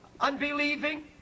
unbelieving